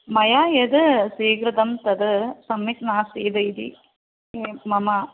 मया यद् स्वीकृतं तद् सम्यक् नासीद् इति मम